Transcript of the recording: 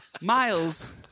Miles